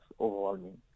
overwhelming